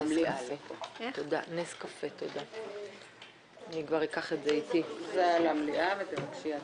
הישיבה ננעלה בשעה 10:05.